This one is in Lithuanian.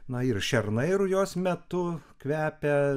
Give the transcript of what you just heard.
na ir šernai rujos metu kvepia